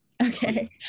Okay